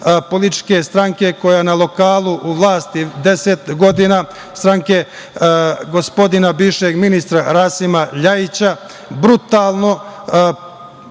političke stranke koja je na lokalu u vlasti 10 godina, stranke gospodina bivšeg ministra Rasima Ljajića, brutalno